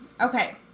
okay